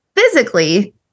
physically